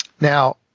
Now